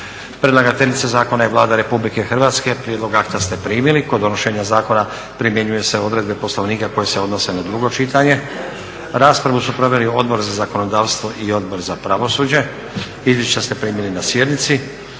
Predlagateljica zakona je Vlada Republike Hrvatske. Prijedlog akta ste primili. Kod donošenja zakona primjenjuju se odredbe Poslovnika koje se odnose na drugo čitanje. Raspravu su proveli Odbor za zakonodavstvo i Odbor za pravosuđe. Izvješća ste primili na sjednici.